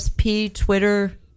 Twitter